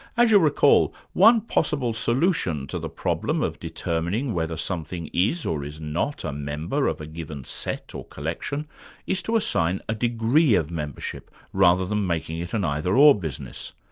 as you'll recall, one possible solution to the problem of determining whether something is or is not a member of a given set or collection is to assign a degree of membership rather than making it an either or business.